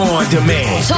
On-demand